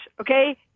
okay